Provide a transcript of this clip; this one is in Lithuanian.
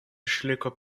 išliko